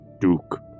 Duke